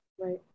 right